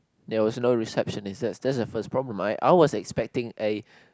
there was no receptionist that's that's the first problem I I was expecting a